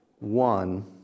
One